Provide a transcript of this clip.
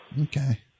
Okay